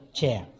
chair